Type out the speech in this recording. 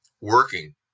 working